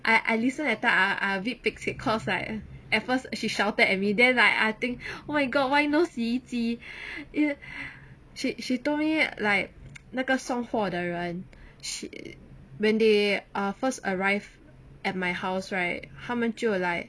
I I listen until I I I a bit pekcek cause like at first she shouted at me then like I think oh my god why no 洗衣机 she she told me like 那个送货的人 she when they ah first arrived at my house right 他们就 like